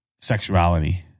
sexuality